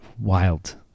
wild